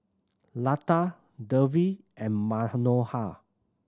Lata Devi and Manohar